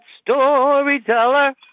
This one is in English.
storyteller